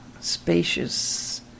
spacious